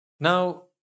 Now